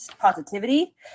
positivity